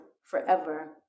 forever